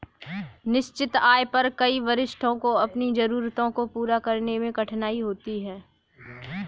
निश्चित आय पर कई वरिष्ठों को अपनी जरूरतों को पूरा करने में कठिनाई होती है